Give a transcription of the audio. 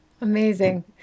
Amazing